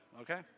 okay